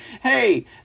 Hey